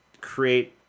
create